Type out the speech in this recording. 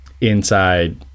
inside